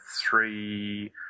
three